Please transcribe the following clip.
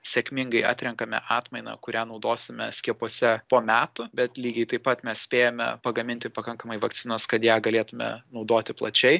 sėkmingai atrenkame atmainą kurią naudosime skiepuose po metų bet lygiai taip pat mes spėjame pagaminti pakankamai vakcinos kad ją galėtume naudoti plačiai